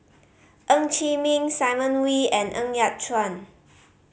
Ng Chee Meng Simon Wee and Ng Yat Chuan